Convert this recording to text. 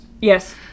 Yes